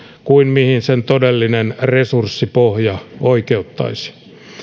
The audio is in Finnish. kuin mihin sen todellinen resurssipohja oikeuttaisi